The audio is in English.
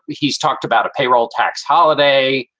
he's talked about a payroll tax holiday.